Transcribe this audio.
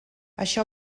això